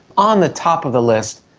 on the top of the list,